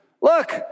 Look